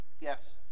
Yes